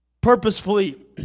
purposefully